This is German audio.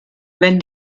wenn